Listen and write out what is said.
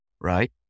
right